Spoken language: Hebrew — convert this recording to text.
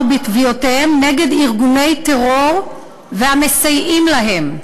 בתביעותיהם נגד ארגוני טרור והמסייעים להם.